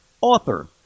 author